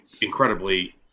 incredibly